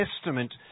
Testament